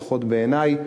לפחות בעיני.